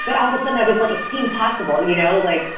but all of a sudden, i was like it seemed possible, you know like,